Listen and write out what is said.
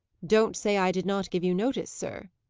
don't say i did not give you notice, sir.